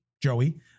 Joey